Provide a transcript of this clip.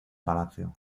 palacio